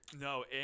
no